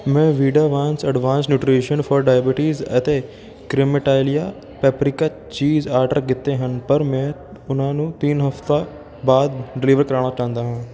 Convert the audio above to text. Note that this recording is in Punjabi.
ਮੈਂ ਵੀਡਾਵਾਂਸ ਅਡਵਾਂਸ ਨਿਊਟਰੀਸ਼ਨ ਫਾਰ ਡਾਇਬਟੀਜ਼ ਅਤੇ ਕਰੀਮੀਟਾਇਲਾ ਪਪਰਿਕਾ ਚੀਜ਼ ਆਰਡਰ ਕੀਤੇ ਹਨ ਪਰ ਮੈਂ ਉਹਨਾਂ ਨੂੰ ਤਿੰਨ ਹਫ਼ਤਾ ਬਾਅਦ ਡਿਲੀਵਰ ਕਰਵਾਉਣਾ ਚਾਹੁੰਦਾ ਹਾਂ